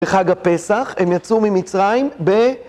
בחג הפסח, הם יצאו ממצרים ב...